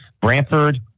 Brantford